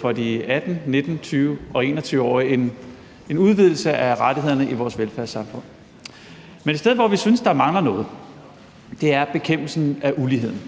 for de 18-, 19-, 20- og 21-årige – en udvidelse af rettighederne i vores velfærdssamfund. Men et sted, hvor vi synes der mangler noget, er bekæmpelsen af uligheden.